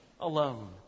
alone